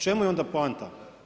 Čemu je onda poanta?